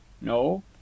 no